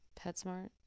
PetSmart